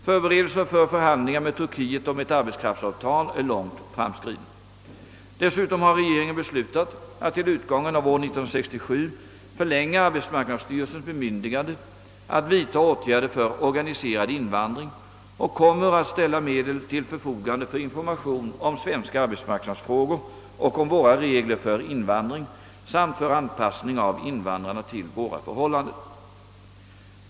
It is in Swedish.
Förberedelser för förhandlingar med Turkiet om ett arbetskraftsavtal är långt framskridna. Dessutom har regeringen beslutat att till utgången av år 1967 förlänga arbetsmarknadsstyrelsens bemyndigande att vidta åtgärder för organiserad invandring och kommer att ställa medel till förfogande för information om svenska arbetsmarknadsfrågor och om våra regler för invandring samt för anpassning av invandrarna till våra förhållanden.